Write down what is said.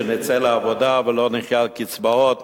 שנצא לעבודה ולא נחיה על קצבאות,